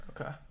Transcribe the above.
Okay